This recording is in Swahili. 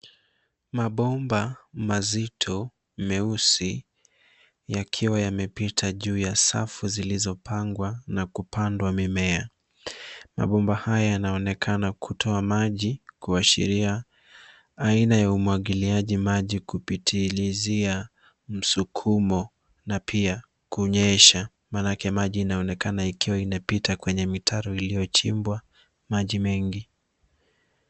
Mabomba mazito meusi, yakiwa yamepita kwenye juu ya safu zilizopangwa na kupandwa mimea. Mabomba haya yanaonekana kutoa maji kuashiria aina ya umwagiliaji maji kupitilizia msukumo na pia kunyesha, manake maji inaonekana ikiwa imepita kwenye mitaro iliyochimbwa maji mengi.